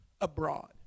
abroad